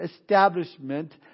establishment